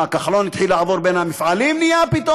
מה, כחלון התחיל לעבור בין המפעלים פתאום?